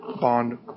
bond